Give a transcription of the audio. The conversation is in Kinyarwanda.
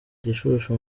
gishushu